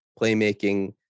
playmaking